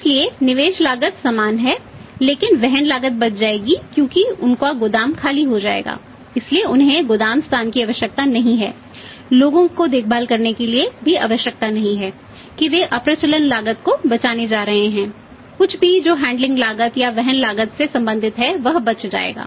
इसलिए निवेश लागत समान है लेकिन वहन लागत बच जाएगी क्योंकि उनका गोदाम खाली हो जाएगा इसलिए उन्हें गोदाम स्थान की आवश्यकता नहीं है लोगों को देखभाल करने की भी आवश्यकता नहीं है कि वे अप्रचलन लागत को बचाने जा रहे हैं कुछ भी जो हैंडलिंग लागत या वहन लागत से संबंधित है वह बच जाएगा